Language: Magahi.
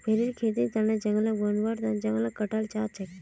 भेरीर खेतीर तने जगह बनव्वार तन जंगलक काटाल जा छेक